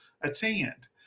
attend